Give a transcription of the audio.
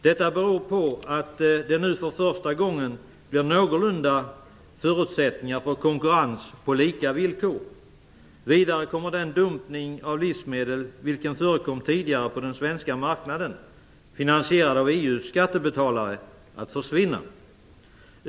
Detta beror på att det nu för första gången blir någorlunda bra förutsättningar för konkurrens på lika villkor. Vidare kommer den dumpning av livsmedel vilken förekom tidigare på den svenska marknaden, finansierad av EU:s skattebetalare, att försvinna.